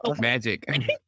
Magic